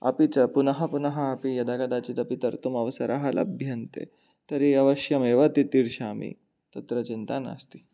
अपि च पुनः पुनः अपि यदा कदाचिदपि तर्तुम् अवसरः लभ्यन्ते तर्हि अवश्यमेव तितीर्षामि तत्र चिन्ता नास्ति